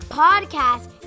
podcast